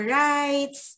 rights